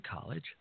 college